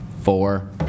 four